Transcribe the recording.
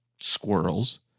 squirrels